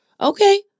Okay